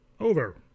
over